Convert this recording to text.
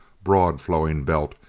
broad-flowing belt,